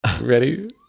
ready